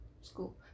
school